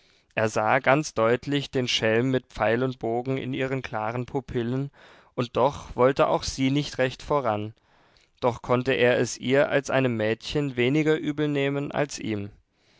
er sah ganz deutlich den schelm mit pfeil und bogen in ihren klaren pupillen und doch wollte auch sie nicht recht voran doch konnte er es ihr als einem mädchen weniger übel nehmen als ihm